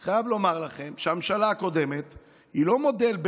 אני חייב לומר לכם שהממשלה הקודמת היא לא מודל,